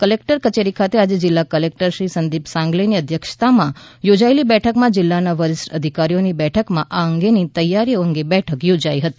collector કચેરી ખાતે આજે જિલ્લા કલેક્ટરશ્રી સંદીપ સાગલેની અધ્યક્ષતામાં યોજાયેલી બેઠકમાં જિલ્લાના વરિષ્ઠ અધિકારીઓની બેઠકમાં આ અંગેની તૈયારીઓ અંગે બેઠક યોજાઇ હતી